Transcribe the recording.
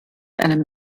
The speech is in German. einem